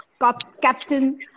Captain